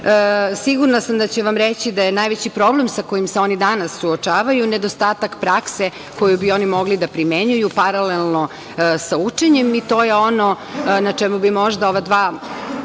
sigurna sam da će vam reći da je najveći problem sa kojim se oni danas suočavaju nedostatak prakse koju bi oni mogli da primenjuju paralelno sa učenjem i to je ono na čemu bi možda ova dva